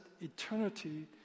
eternity